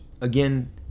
again